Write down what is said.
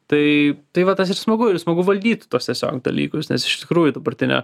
tai tai va tas ir smagu ir smagu valdyti tuos tiesiog dalykus nes iš tikrųjų dabartinė